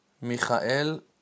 Michael